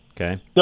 okay